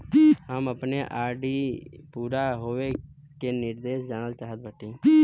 हम अपने आर.डी पूरा होवे के निर्देश जानल चाहत बाटी